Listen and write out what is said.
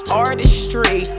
artistry